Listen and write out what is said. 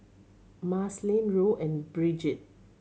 Marceline Roe and Brigid